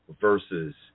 versus